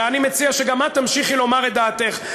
ואני מציע שגם את תמשיכי לומר את דעתך,